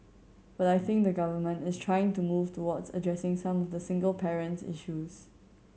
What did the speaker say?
but I think the Government is trying to move towards addressing some of the single parent issues